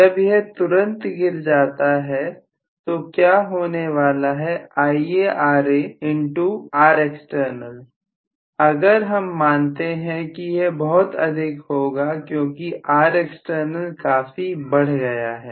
जब यह तुरंत गिर जाता है तो क्या होने वाला है IaRa इनटू Rext अगर हम मानते हैं कि यह बहुत अधिक होगा क्योंकि Rext काफी बढ़ गया है